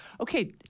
okay